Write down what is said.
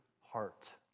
heart